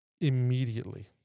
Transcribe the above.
immediately